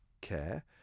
care